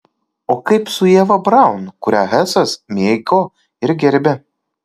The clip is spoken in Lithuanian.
o kaip su ieva braun kurią hesas mėgo ir gerbė